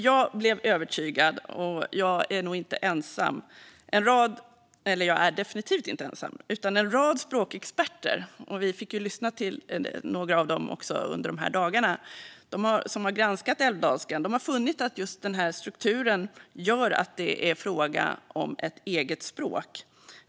Jag blev övertygad, och jag är definitivt inte ensam. En rad språkexperter - vi fick lyssna till några av dem under de här dagarna - har funnit att älvdalskans struktur gör att det är fråga om ett eget språk.